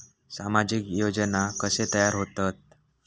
सामाजिक योजना कसे तयार होतत?